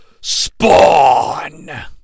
Spawn